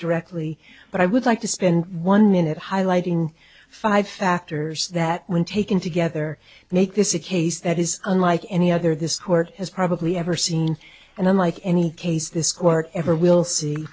directly but i would like to spend one minute highlighting five factors that when taken together make this a case that is unlike any other this court has probably ever seen and unlike any case this court ever will see